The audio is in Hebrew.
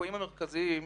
ליקויים מרכזיים: